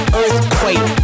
earthquake